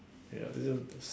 ya this was